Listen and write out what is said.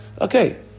okay